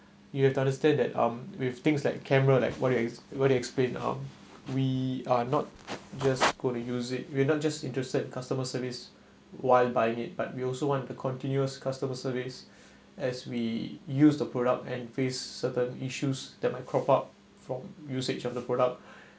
you have to understand that um with things like camera like what you what you explained um we are not just going to use it we're not just interested customer service while buying it but we also want the continuous customer service as we use the product and face certain issues that might crop up from usage of the product